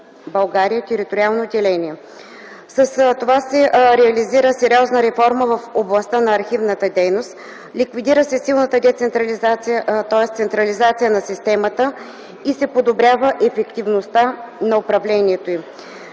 България, териториално деление. С това се реализира сериозна реформа в областта на архивната дейност, ликвидира се силната централизация на системата и се подобрява ефективността на управлението им.